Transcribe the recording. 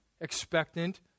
expectant